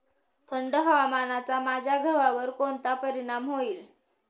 थंड हवामानाचा माझ्या गव्हावर कोणता परिणाम होईल?